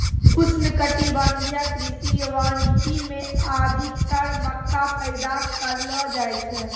उष्णकटिबंधीय कृषि वानिकी मे अधिक्तर मक्का पैदा करलो जाय छै